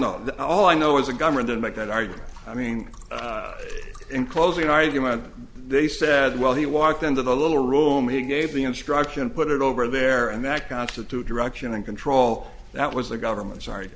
that all i know is the government didn't make that argument i mean in closing argument they said well he walked into the little room he gave the instruction put it over there and that constitute direction and control that was the government sorry